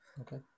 okay